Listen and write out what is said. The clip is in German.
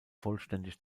vollständig